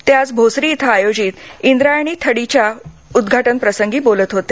ते आज भोसरी इथं आयोजित इंद्रायणी थडी च्या उद्वाटनप्रसंगी बोलत होते